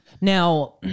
Now